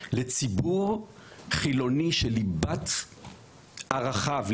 לציבור חילוני שליבת ערכיו,